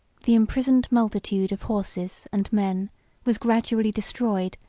the imprisoned multitude of horses and men was gradually destroyed,